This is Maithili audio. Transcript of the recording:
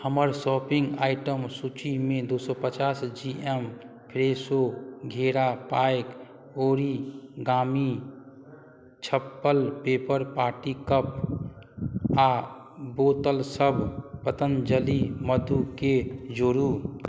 हमर शॉपिन्ग आइटम सूचीमे दुइ सओ पचास जी एम फ्रेशो घेरा पैक ओरिगामी छपल पेपर पार्टी कप आओर बोतलसब पतञ्जलि मधुकेँ जोड़ू